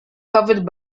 covered